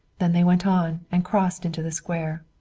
then they went on and crossed into the square.